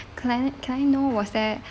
can I can I know was there